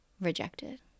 rejected